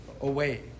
away